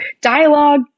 dialogue